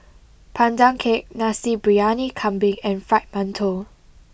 Pandan Cake Nasi Briyani Kambing and Fried Mantou